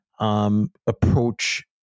Approach